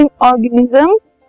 organisms